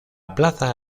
plaza